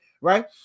right